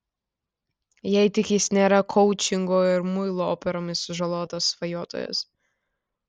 jei tik jis nėra koučingu ir muilo operomis sužalotas svajotojas